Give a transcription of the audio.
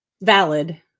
valid